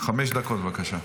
חמש דקות, בבקשה.